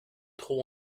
trop